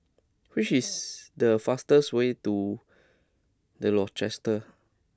which is the fastest way to The Rochester